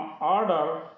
order